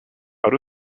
out